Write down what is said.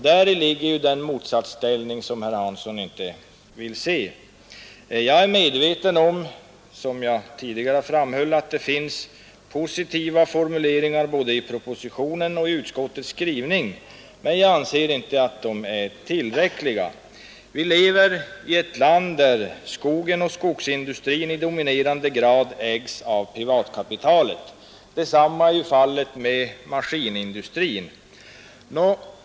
Däri ligger den motsatsställning som herr Hansson i Skegrie inte vill se. Jag är, som jag tidigare framhöll, medveten om att det finns positiva formuleringar både i propositionen och i utskottets skrivning, men jag anser inte att de är tillräckliga. Vi lever i ett land där skogen och skogsindustrin i dominerande grad ägs av privatkapitalet. Detsamma är fallet med maskinindustrin.